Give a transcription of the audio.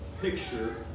picture